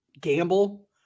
gamble